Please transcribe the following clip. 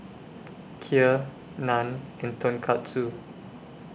Kheer Naan and Tonkatsu